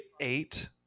eight